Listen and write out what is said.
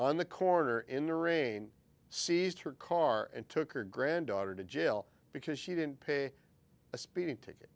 on the corner in the rain seized her car and took her granddaughter to jail because she didn't pay a speeding ticket